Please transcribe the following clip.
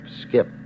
skip